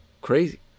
crazy